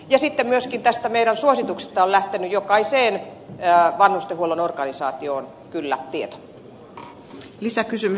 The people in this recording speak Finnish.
ja sitten tästä meidän suosituksesta on kyllä myöskin lähtenyt jokaiseen vanhustenhuollon organisaatioon tieto